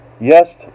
Yes